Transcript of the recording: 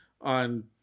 on